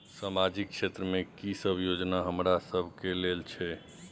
सामाजिक क्षेत्र में की सब योजना हमरा सब के लेल छै?